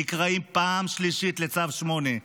נקראים פעם שלישית לצו 8,